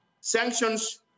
Sanctions